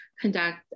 conduct